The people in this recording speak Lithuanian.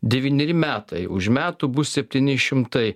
devyneri metai už metų bus septyni šimtai